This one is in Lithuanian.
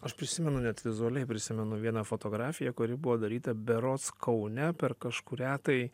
aš prisimenu net vizualiai prisimenu vieną fotografiją kuri buvo daryta berods kaune per kažkurią tai